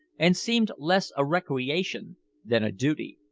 and seemed less a recreation than a duty.